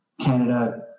Canada